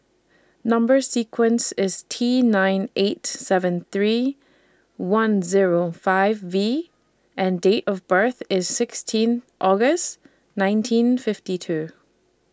Number sequence IS T nine eight seven three one Zero five V and Date of birth IS sixteen August nineteen fifty two